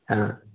हाँ